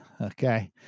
Okay